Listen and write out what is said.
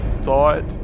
thought